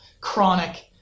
chronic